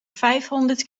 vijfhonderd